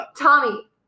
Tommy